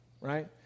right